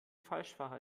falschfahrer